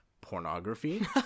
pornography